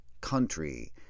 country